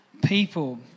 People